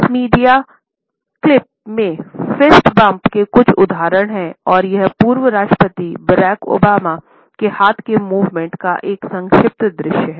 इस media clip में fist bump के कुछ उदाहरण है और यह पूर्व राष्ट्रपति बराक ओबामा के हाथ के मूवमेंट का एक संक्षिप्त दृश्य है